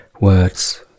words